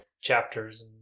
chapters